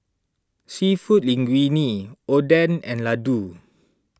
Seafood Linguine Oden and Ladoo